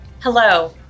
Hello